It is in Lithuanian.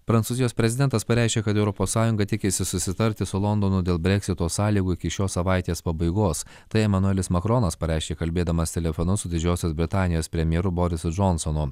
prancūzijos prezidentas pareiškė kad europos sąjunga tikisi susitarti su londonu dėl breksito sąlygų iki šios savaitės pabaigos tai emanuelis makronas pareiškė kalbėdamas telefonu su didžiosios britanijos premjeru borisu džonsonu